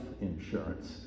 insurance